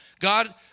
God